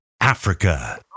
Africa